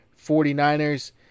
49ers